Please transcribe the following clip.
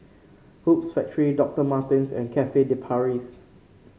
Hoops Factory Doctor Martens and Cafe De Paris